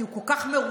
כי הוא כל כך מרושע,